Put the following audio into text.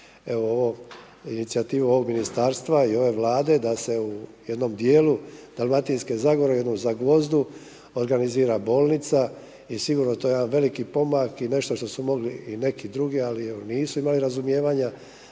ovu inicijativu ovog Ministarstva i ove Vlade da se u jednom dijelu Dalmatinske zagore u jednom Zagvozdu organizira bolnica i sigurno je to jedan veliki pomak i nešto što su mogli i neki drugi, ali evo nisu imali razumijevanja